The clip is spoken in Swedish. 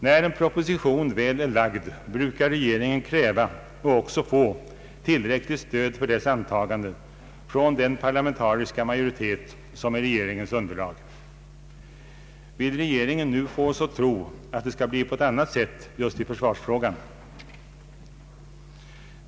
När en proposition väl är framlagd brukar regeringen kräva och också få tillräckligt stöd för dess antagande från den parlamentariska majoritet som är regeringens underlag. Vill regeringen nu få oss att tro att det skall bli på ett annat sätt just i försvarsfrågan?